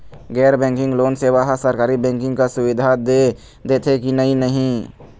गैर banking loan सेवा हा सरकारी बैंकिंग कस सुविधा दे देथे कि नई नहीं?